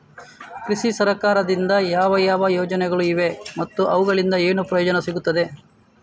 ಕೃಷಿಗೆ ಸರಕಾರದಿಂದ ಯಾವ ಯಾವ ಯೋಜನೆಗಳು ಇವೆ ಮತ್ತು ಅವುಗಳಿಂದ ಏನು ಉಪಯೋಗ ಸಿಗುತ್ತದೆ?